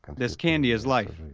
this candy is life.